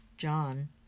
John